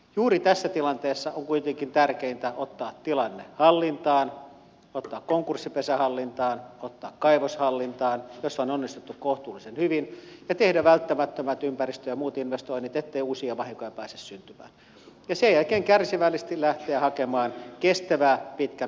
juuri tässä tilanteessa on kuitenkin tärkeintä ottaa tilanne hallintaan ottaa konkurssipesä hallintaan ottaa kaivos hallintaan missä on onnistuttu kohtuullisen hyvin ja tehdä välttämättömät ympäristö ja muut investoinnit ettei uusia vahinkoja pääse syntymään ja sen jälkeen kärsivällisesti lähteä hakemaan kestävää pitkän aikavälin ratkaisua